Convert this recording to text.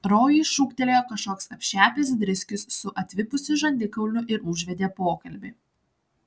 rojui šūktelėjo kažkoks apšepęs driskius su atvipusiu žandikauliu ir užvedė pokalbį